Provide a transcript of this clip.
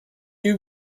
you